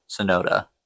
Sonoda